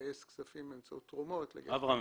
לגייס כספים באמצעות תרומות --- אברהם,